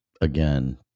again